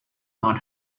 not